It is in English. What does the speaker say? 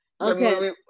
Okay